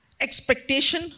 expectation